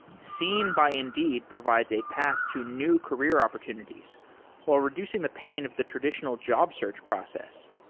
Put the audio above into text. seen by indeed provides a path to new career opportunities while reducing the pain of the traditional job search process.